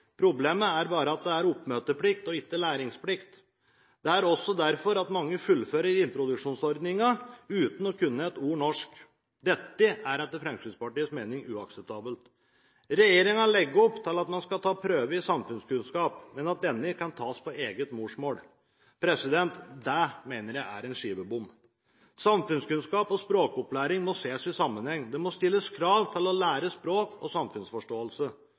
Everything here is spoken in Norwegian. Problemet er bare at det er oppmøteplikt og ikke læringsplikt. Det er derfor mange fullfører introduksjonsordningen uten å kunne et ord norsk. Dette er etter Fremskrittspartiets mening uakseptabelt. Regjeringen legger opp til at en skal ta prøve i samfunnskunnskap, men at denne kan tas på eget morsmål. Det mener jeg er skivebom. Samfunnskunnskap og språkopplæring må ses i sammenheng. Det må stilles krav til språkopplæring og samfunnsforståelse. De som skal ha opphold i Norge, må kunne avlegge en prøve i språk og